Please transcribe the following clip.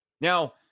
Now